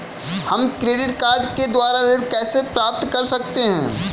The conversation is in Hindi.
हम क्रेडिट कार्ड के द्वारा ऋण कैसे प्राप्त कर सकते हैं?